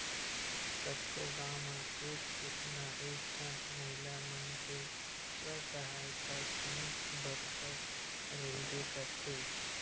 कतको गाँव म एक ना एक ठन महिला मन के स्व सहायता समूह बरोबर रहिबे करथे